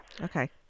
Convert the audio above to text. Okay